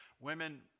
Women